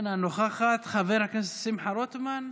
אינה נוכחת, חבר הכנסת שמחה רוטמן,